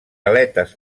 aletes